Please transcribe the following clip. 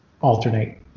alternate